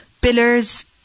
pillars